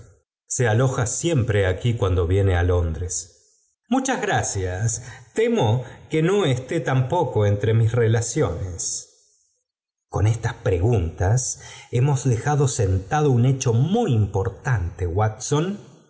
se aloja siempre aquí cuando viene á londres muchas gracias temo que no esté tampoco entre mis relaciones con estas preguntas hemos dejado sentado un hecho muy importante watson